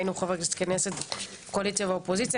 היינו חברי כנסת מהקואליציה ומהאופוזיציה.